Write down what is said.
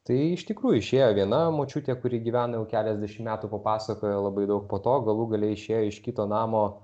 tai iš tikrųjų išėjo viena močiutė kuri gyvena jau keliasdešimt metų papasakojo labai daug po to galų gale išėjo iš kito namo